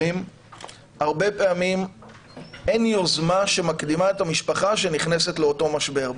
הרבה פעמים אין יוזמה שמקדימה את המשפחה שנכנסת לאותו משבר,